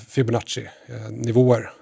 Fibonacci-nivåer